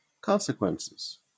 consequences